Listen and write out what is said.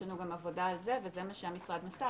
לנו גם עבודה על זה וזה מה שהמשרד מסר.